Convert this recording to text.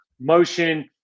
Motion